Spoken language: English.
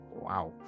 Wow